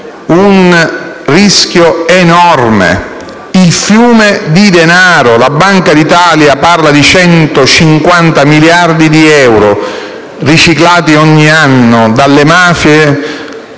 nostro Paese: il fiume di denaro - la Banca d'Italia parla di 150 miliardi di euro riciclati ogni anno dalle mafie